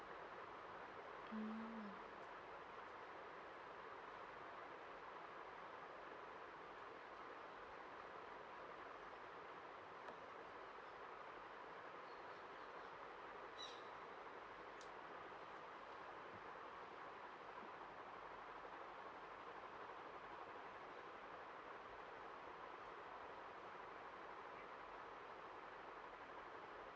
mm